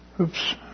Oops